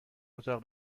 اتاق